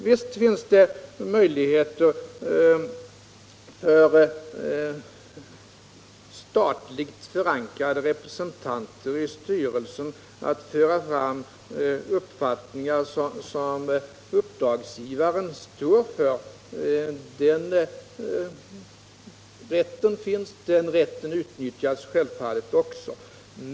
Visst finns det möjligheter för statligt förankrade representanter i styrelsen att föra fram uppfattningar som uppdragsgivaren står för — den rätten utnyttjas självfallet också.